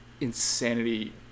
insanity